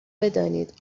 بدانید